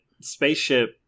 spaceship